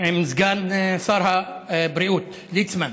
עם סגן שר הבריאות ליצמן,